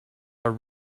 are